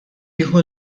jieħu